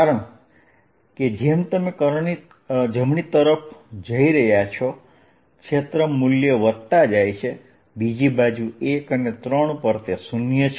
કારણ કે જેમ તમે જમણી તરફ જઈ રહ્યાં છો ક્ષેત્ર મૂલ્ય વધતા જાય છે બીજી બાજુ 1 અને 3 પર તે શૂન્ય છે